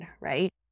right